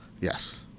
Yes